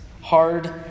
hard